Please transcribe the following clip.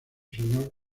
señor